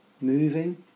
moving